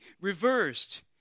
reversed